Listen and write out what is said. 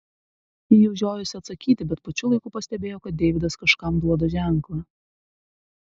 ji jau žiojosi atsakyti bet pačiu laiku pastebėjo kad deividas kažkam duoda ženklą